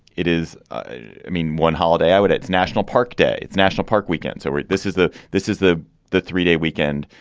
it is. i mean one holiday i would it's national park day. it's national park weekend. so this is the this is the the three day weekend.